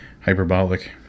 hyperbolic